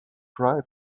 cry